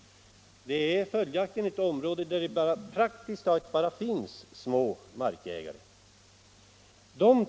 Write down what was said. I våra trakter finns det praktiskt taget bara små markägare.